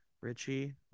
Richie